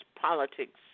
politics